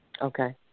Okay